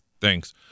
thanks